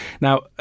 now